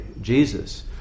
Jesus